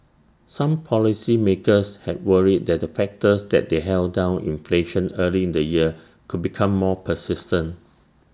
some policymakers had worried that the factors that they held down inflation early in the year could become more persistent